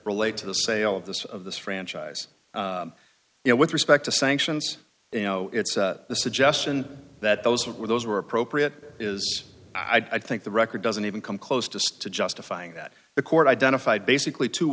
relate to the sale of this of this franchise you know with respect to sanctions you know it's the suggestion that those were those were appropriate is i think the record doesn't even come close to justifying that the court identified basically two